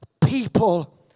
people